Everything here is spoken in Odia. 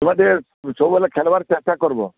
ତୁମେ ଟିକେ ସବୁବେଳେ ଖେଲବାର୍ ଚେଷ୍ଟା କରବ୍